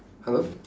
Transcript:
hello